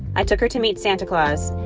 i took her to meet santa claus,